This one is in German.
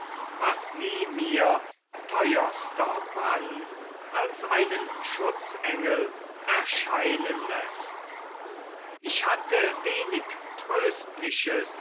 was sie mir teuerster mann als einen schutzengel erscheinen läßt ich hatte wenig tröstliches